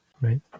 right